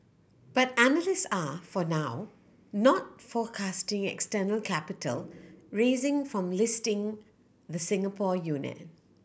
but analysts are for now not forecasting external capital raising from listing the Singapore unit